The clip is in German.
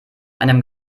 einem